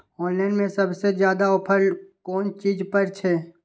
Online में सबसे ज्यादा ऑफर कोन चीज पर छे?